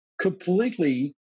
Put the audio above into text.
completely